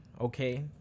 Okay